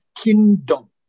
kingdom